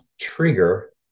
trigger